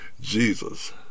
Jesus